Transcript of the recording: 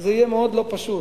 זה יהיה מאוד לא פשוט.